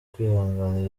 kwihanganira